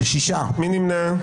מי נמנע?